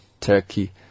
Turkey